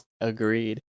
Agreed